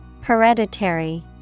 Hereditary